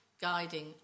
guiding